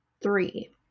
Three